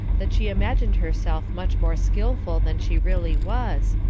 that she imagined herself much more skilful than she really was,